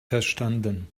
verstanden